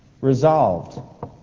resolved